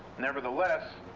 nevertheless,